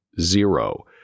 zero